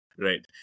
Right